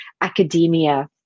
academia